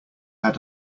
had